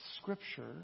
scripture